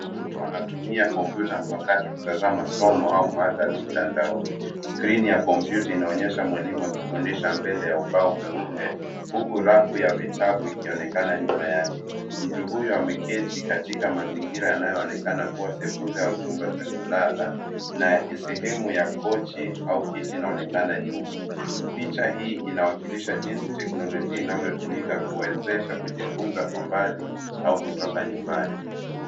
Mtu anatumia kompyuta mpakato kutazama somo au mhadhara mtandaoni. Skrini ya kompyuta inaonyesha mwalimu akifundisha mbele ya ubao mweupe huku rafu ya vitabu ikionekana nyuma yake. Mtu huyu ameketi katika mazingira yanayoonekana kuwa sebule au chumba cha kulala na sehemu ya kochi au kiti inaonekana nyuma. Picha hii inawakilisha jinsi teknolojia inavyotumika kuwezesha kujifunza kwa mbali au kutoka nyumbani.